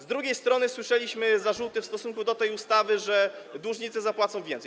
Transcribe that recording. Z drugiej strony słyszeliśmy zarzuty w stosunku do tej ustawy, że dłużnicy zapłacą więcej.